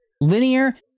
linear